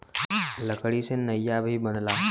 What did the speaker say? लकड़ी से नइया भी बनला